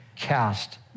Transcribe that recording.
cast